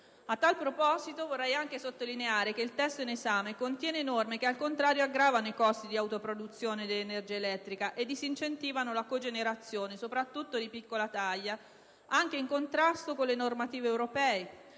A tal proposito, vorrei anche sottolineare che il testo in esame contiene norme che, al contrario, aggravano i costi di autoproduzione dell'energia elettrica e disincentivano la cogenerazione, soprattutto di piccola taglia, anche in contrasto con le normative europee.